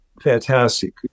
fantastic